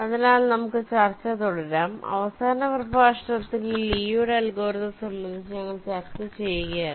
അതിനാൽ നമുക്ക് ചർച്ച തുടരാം അവസാന പ്രഭാഷണത്തിൽ ലീയുടെ അൽഗോരിതംLee's algorithm സംബന്ധിച്ച് ഞങ്ങൾ ചർച്ച ചെയ്യുകയായിരുന്നു